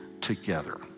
together